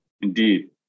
indeed